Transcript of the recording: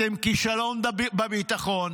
אתם כישלון בביטחון,